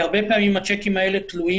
כי הרבה מאוד פעמים השיקים האלה תלויים